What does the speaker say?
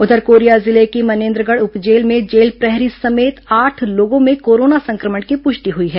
उधर कोरिया जिले की मनेन्द्रगढ़ उप जेल में जेल प्रहरी समेत आठ लोगों में कोरोना संक्रमण की पुष्टि हुई है